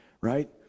right